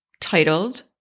titled